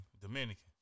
Dominican